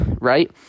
right